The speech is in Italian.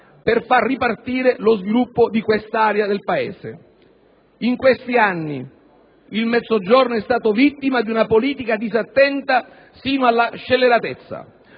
per far ripartire lo sviluppo di quest'area del Paese. In questi anni il Mezzogiorno è stato vittima di una politica disattenta sino alla scelleratezza.